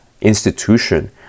institution